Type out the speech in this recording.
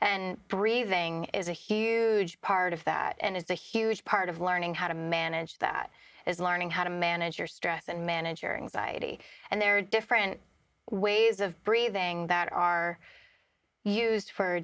and breathing is a huge part of that and it's a huge part of learning how to manage that is learning how to manage your stress and manager and society and there are different ways of breathing that are used for